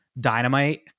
dynamite